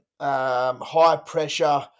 high-pressure